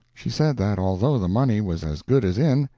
she said that although the money was as good as in,